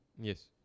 Yes